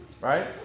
Right